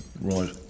Right